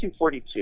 1942